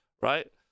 right